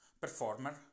performer